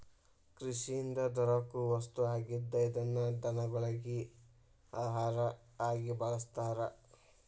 ಕೃಷಿಯಿಂದ ದೊರಕು ವಸ್ತು ಆಗಿದ್ದ ಇದನ್ನ ದನಗೊಳಗಿ ಆಹಾರಾ ಆಗಿ ಬಳಸ್ತಾರ